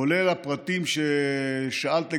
כולל הפרטים ששאלת עליהם,